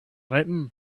written